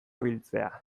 biltzea